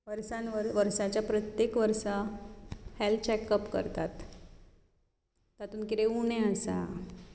वर्सान वर्स वर्साच्या प्रत्येक वर्सा हॅल्थ चॅकअप करतात हातूंत कितें उणें आसा